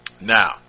Now